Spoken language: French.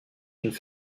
une